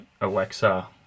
Alexa